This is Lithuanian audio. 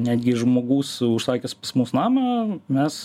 netgi žmogus užsakęs pas mus namą mes